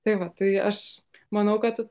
tai va tai aš manau kad